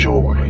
Joy